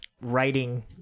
writing